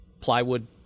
plywood